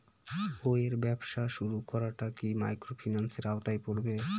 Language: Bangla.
বইয়ের ব্যবসা শুরু করাটা কি মাইক্রোফিন্যান্সের আওতায় পড়বে?